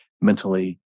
mentally